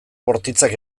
bortitzak